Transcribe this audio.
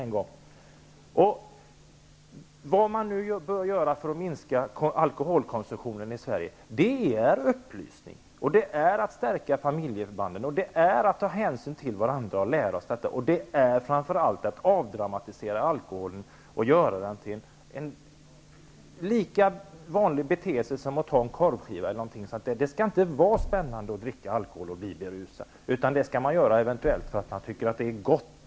Det som behövs för att minska alkoholkonsumtionen i Sverige är upplysning, att familjebanden stärks, att ta hänsyn till varandra och framför allt att avdramatisera alkoholen och göra nyttjandet av alkohol till ett lika vanligt beteende som att ta en korvskiva. Det skall inte vara spännande att dricka alkohol och bli berusad, utan alkohol skall drickas för att man tycker att det är gott.